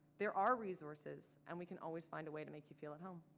there are resources and we can always find a way to make you feel at home.